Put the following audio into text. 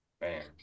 Man